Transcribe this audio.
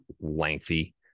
lengthy